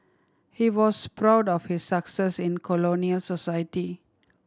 he was proud of his success in colonial society